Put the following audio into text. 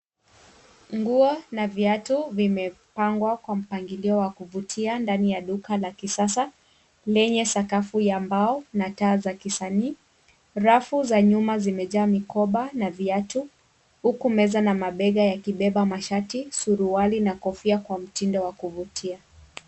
Nguo na viatu vimepangwa kwa mpangilio wa kuvutia ndani ya duka la kisasa lenye sakafu ya mbao na taa za kisanii. Rafu za nyuma zimejaa mikoba na viatu, huku meza na mabega yakibeba mashati, suruali na kofia kwa mtindo wa kuvutia.